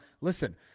listen